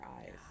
eyes